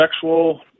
sexual